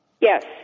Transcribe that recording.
Yes